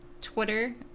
Twitter